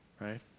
right